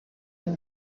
than